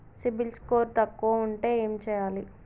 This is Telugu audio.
సిబిల్ స్కోరు తక్కువ ఉంటే ఏం చేయాలి?